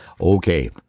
Okay